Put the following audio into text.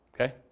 okay